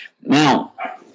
Now